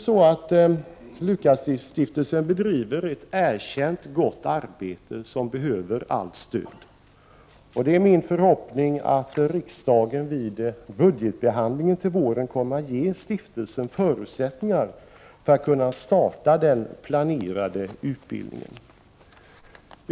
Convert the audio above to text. S:t Lukasstiftelsen bedriver ett erkänt gott arbete som de behöver allt stöd för. Det är min förhoppning att riksdagen vid budgetbehandlingen till våren kommer att ge stiftelsen förutsättningar för att kunna starta den planerade utbildningen.